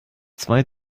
zwei